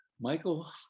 michael